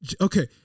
Okay